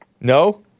No